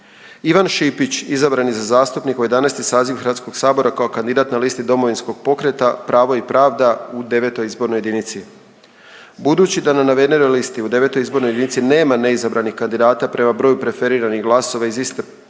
Ivan Šipić izabran je za zastupnika u 11. saziv Hrvatskog sabora kao kandidat na listi Domovinskog pokreta pravo i pravda u 9. izbornoj jedinici. Budući da na navedenoj listi u 9. izbornoj jedinici nema neizabranih kandidata, prema broju preferiranih glasova iz iste političke